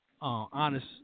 honest